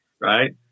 right